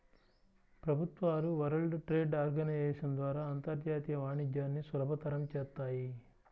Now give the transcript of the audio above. ప్రభుత్వాలు world trade organisation ద్వారా అంతర్జాతీయ వాణిజ్యాన్ని సులభతరం చేత్తాయి